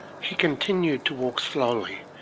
he continued to walk slowly,